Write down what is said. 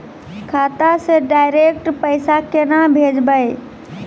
खाता से डायरेक्ट पैसा केना भेजबै?